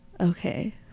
Okay